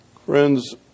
Friends